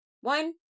One